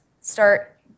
start